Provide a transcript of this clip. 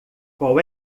qual